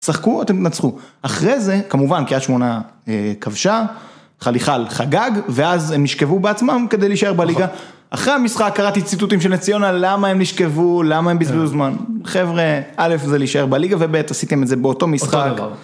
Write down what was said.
שחקו אתם תנצחו. אחרי זה כמובן קריית שמונה כבשה, חליחל חגג ואז הם נשכבו בעצמם כדי להישאר בליגה אחרי המשחק קראתי ציטוטים של נס-ציונה למה הם נשכבו למה הם בזבזו זמן.. חבר'ה א' זה להישאר בליגה וב' עשיתם את זה באותו משחק